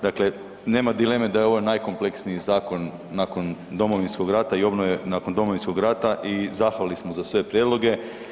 Dakle, nema dileme da je ovo najkompleksniji zakon nakon Domovinskog rata i obnove, nakon Domovinskog rata i zahvalni smo za sve prijedloge.